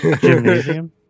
Gymnasium